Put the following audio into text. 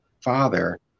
Father